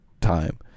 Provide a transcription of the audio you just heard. time